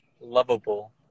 lovable